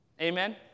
Amen